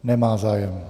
Nemá zájem.